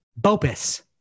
BOPIS